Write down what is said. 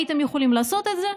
הייתם יכולים לעשות את זה,